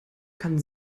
kann